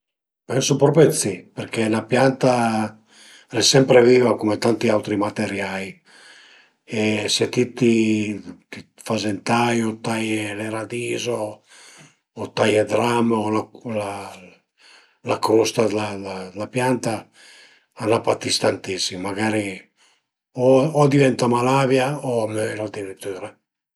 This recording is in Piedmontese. Pensu propi d'si perché 'na pianta al e sempre viva cume tanti autri materiai e se ti ti t'faze ün tai u taie le radis o o taie d'ram o la crusta d'la d'la pianta a la patis tantissim, magari o a diventa malavia o a möir adiritüra